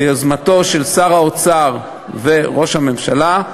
ביוזמתם של שר האוצר וראש הממשלה,